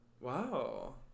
Wow